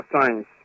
science